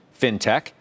FinTech